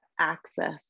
access